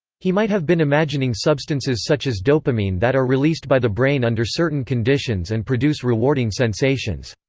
he might have been imagining substances such as dopamine that are released by the brain under certain conditions and produce rewarding sensations.